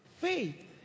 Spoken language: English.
faith